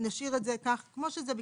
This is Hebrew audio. נשאיר את זה כך, כמו שזה.